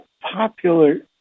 popular